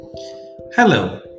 Hello